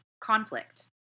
conflict